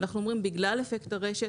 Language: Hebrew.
אנחנו אומרים שבגלל אפקט הרשת